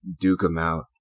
duke-em-out